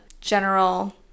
general